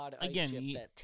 Again